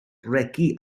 regi